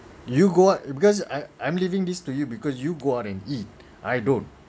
you go out because I I'm leaving this to you because you go out and eat I don't